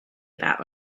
about